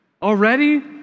already